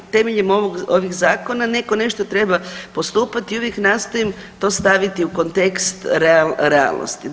Temeljem ovih zakona netko nešto treba postupati i uvijek nastojim to staviti u kontekst realnosti.